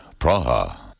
Praha